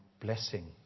blessing